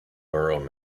borough